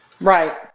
right